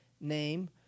name